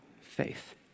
faith